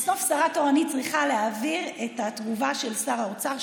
בסוף שרה תורנית צריכה להעביר את התגובה של שר האוצר,